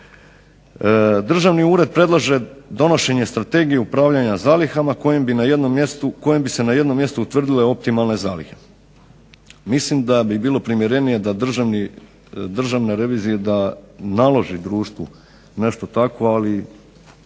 Državni ured predlaže donošenje strategije upravljanja zalihama kojim bi se na jednom mjestu utvrdile optimalne zalihe. Mislim da bi bilo primjerenije da Državnoj reviziji da naloži društvu nešto takvo ali